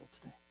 today